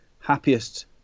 happiest